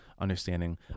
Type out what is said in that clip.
understanding